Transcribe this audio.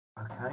Okay